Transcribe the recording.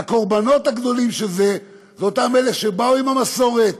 והקורבנות הגדולים של זה הם אותם אלה שבאו עם המסורת,